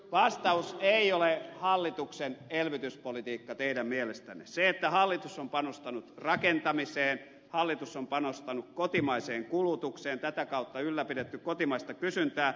vastaus ei ole hallituksen elvytyspolitiikka teidän mielestänne se että hallitus on panostanut rakentamiseen hallitus on panostanut kotimaiseen kulutukseen tätä kautta on ylläpidetty kotimaista kysyntää